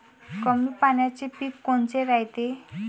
कमी पाण्याचे पीक कोनचे रायते?